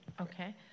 Okay